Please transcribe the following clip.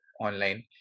online